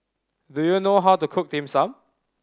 do you know how to cook Dim Sum